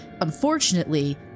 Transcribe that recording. Unfortunately